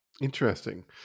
Interesting